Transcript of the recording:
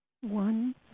One